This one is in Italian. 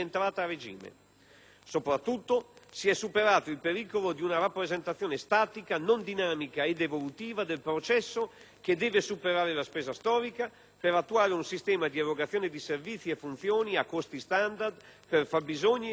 Soprattutto, si è superato il pericolo di una rappresentazione statica, non dinamica ed evolutiva, del processo che deve superare la spesa storica per attuare un sistema di erogazione di servizi e funzioni a costi standard, per fabbisogni ed obiettivi standard;